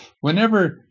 whenever